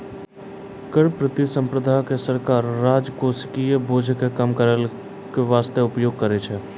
कर प्रतिस्पर्धा के सरकार राजकोषीय बोझ के कम करै बासते उपयोग करै छै